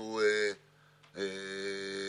כשהיה אהוד